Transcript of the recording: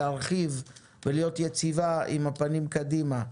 להתרחב ולהיות יציבה עם הפנים קדימה.